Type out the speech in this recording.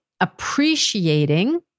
appreciating